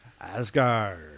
Asgard